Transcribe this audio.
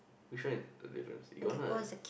which one is the difference iguana is